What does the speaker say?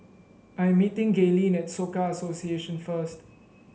I am meeting Gaylene at Soka Association first